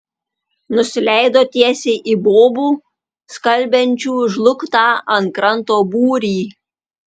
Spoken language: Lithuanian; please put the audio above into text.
nusileido tiesiai į bobų skalbiančių žlugtą ant kranto būrį